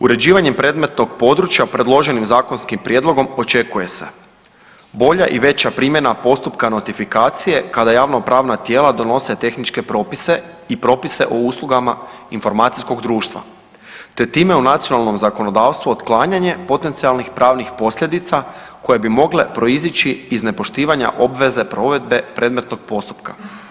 Uređivanjem predmetnog područja predloženim zakonskim prijedlogom očekuje se bolja i veća primjena postupka notifikacije kada javnopravna tijela donose tehničke propise i propise o uslugama informacijskog društva te time u nacionalnom zakonodavstvu otklanjanje potencijalnih pravnih posljedica koje bi mogle proizići iz nepoštivanja obveze provedbe predmetnog postupka.